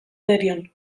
derion